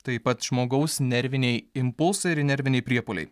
taip pat žmogaus nerviniai impulsai ir nerviniai priepuoliai